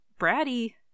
bratty